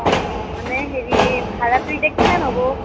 অ' অ' মানে হেৰি ভাৰাটো এতিয়া কিমান হ'ব